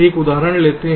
एक उदाहरण लेते हैं